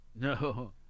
No